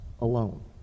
alone